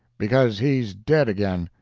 because he's dead again.